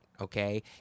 Okay